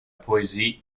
poésie